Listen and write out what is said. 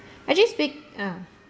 actually speak~ ah